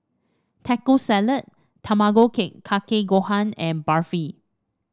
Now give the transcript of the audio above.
Taco Salad Tamago Cake Kake Gohan and Barfi